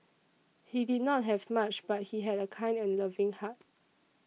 he did not have much but he had a kind and loving heart